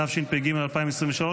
התשפ"ג 2023,